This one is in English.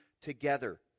together